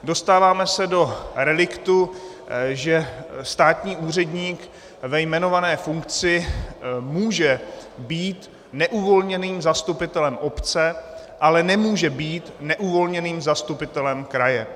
Dostáváme se do reliktu, že státní úředník ve jmenované funkci může být neuvolněným zastupitelem obce, ale nemůže být neuvolněným zastupitelem kraje.